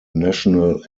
national